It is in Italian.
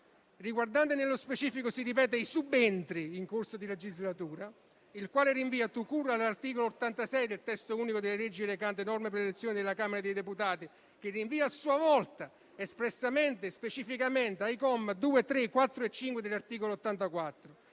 riguardante nello specifico - ripeto - i subentri in corso di legislatura, il quale rinvia *tout court* all'articolo 86 del testo unico delle leggi recanti norme per l'elezione della Camera dei deputati, che rinvia a sua volta, espressamente e specificamente ai commi 2, 3, 4 e 5 dell'articolo 84